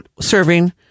serving